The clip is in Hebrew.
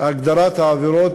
הגדרת העבירות,